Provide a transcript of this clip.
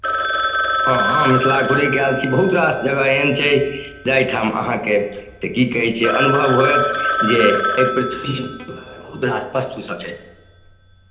हँ मिथिला घुरि कऽ आयल छी बहुत रास जगह एहन छै जाहिठाम अहाँकेँ की कहै छै अनुभव होयत जे एहि पृथ्वीपर बहुत रास सभ छै